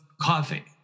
coffee